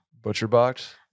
ButcherBox